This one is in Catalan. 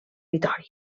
vitòria